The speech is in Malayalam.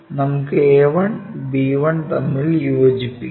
നമുക്ക് a1 b1 തമ്മിൽ യോജിപ്പിക്കാം